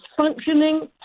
functioning